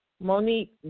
Monique